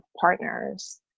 partners